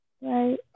right